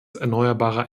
erneuerbarer